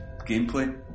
gameplay